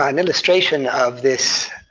um illustration of this